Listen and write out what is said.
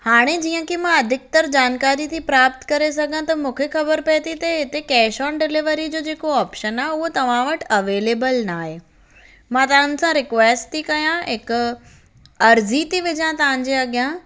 हाणे जीअं की मां अधिकतर जानकारी थी प्राप्त करे सघां त मूंखे ख़बर पए थी त हिते कैश ऑन डिलीवरी जो जेको ऑप्शन आहे उहो तव्हां वटि अवेलेबल न आहे मां तव्हांसां रिक्वेस्ट थी कयां हिकु अर्ज़ी थी विझा तव्हांजे अॻियां